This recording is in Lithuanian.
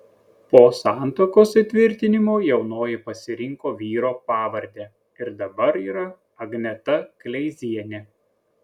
po santuokos įtvirtinimo jaunoji pasirinko vyro pavardę ir dabar yra agneta kleizienė